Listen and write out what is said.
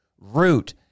root